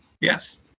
Yes